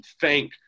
thank